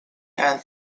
and